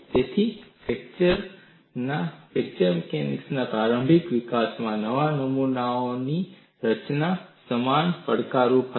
તેથી fracture mechanics ના પ્રારંભિક વિકાસમાં નવા નમૂનાઓની રચના સમાન પડકારરૂપ હતી